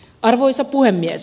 arvoisa puhemies